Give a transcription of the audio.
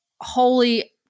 holy